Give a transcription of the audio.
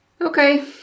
Okay